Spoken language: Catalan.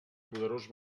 poderós